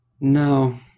No